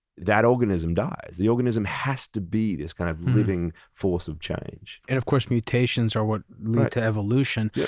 that organism dies. the organism has to be this kind of living force of change. and of course, mutations are what lead to evolution.